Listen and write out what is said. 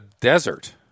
desert